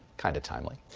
kind of timely.